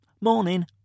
Morning